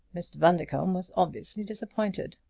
mr. bundercombe was obviously disappointed.